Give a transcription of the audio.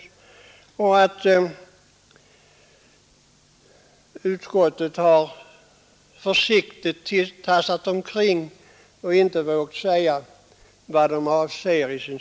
Han sade att utskottet försiktigt tassat omkring och inte vågat säga vad det avser.